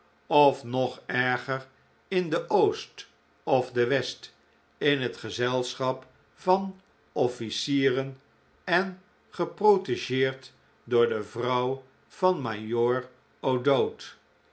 of nog erger in de oost of de west in het gezelschap van offlcieren en geprotegeerd door de vrouw van majoor o'dowd